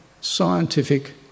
scientific